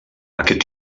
aquest